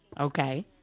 Okay